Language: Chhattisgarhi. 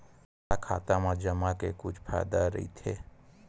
का खाता मा जमा के कुछु फ़ायदा राइथे?